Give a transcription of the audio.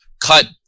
cut